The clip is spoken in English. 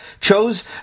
chose